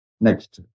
Next